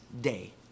day